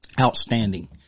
Outstanding